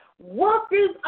Workers